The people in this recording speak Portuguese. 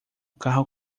carro